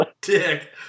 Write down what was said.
Dick